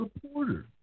supporters